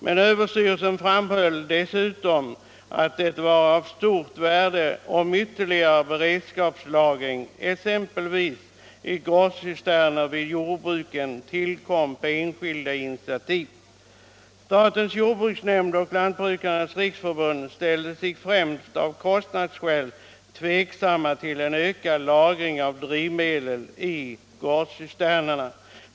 Men överstyrelsen framhöll dessutom att det var av stort värde om ytterligare beredskapslagring, exempelvis i gårdscisterner vid jordbruken, tillkom på enskilda initiativ. Statens jordbruksnämnd och Lantbrukarnas riksförbund ställer sig främst av kostnadsskäl tveksamma till en ökad lagring av drivmedel i gårdscisterner.